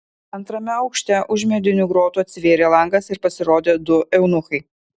antrame aukšte už medinių grotų atsivėrė langas ir pasirodė du eunuchai